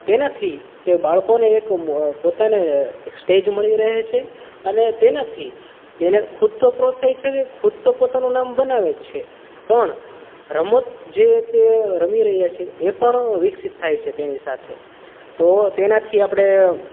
તેનાથી તે બાળકોને એક પોતાને એક સ્ટેજ મળી રહે છે અને તેનાથી તેને ખુદ તો પ્રોત્સાહિત થાય છે ખુદ તો પોતાનું નામ બનાવે જ છે પણ રમત જે તે રમી રહ્યાં છે એ પણ વિકસિત થાય છે તેની સાથે તો તેનાથી આપણે